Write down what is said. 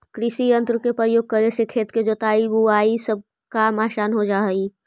कृषियंत्र के प्रयोग करे से खेत के जोताई, बोआई सब काम असान हो जा हई